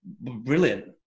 brilliant